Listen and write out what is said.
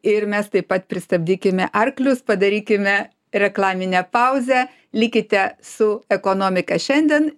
ir mes taip pat pristabdykime arklius padarykime reklaminę pauzę likite su ekonomika šiandien